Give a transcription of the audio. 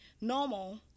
normal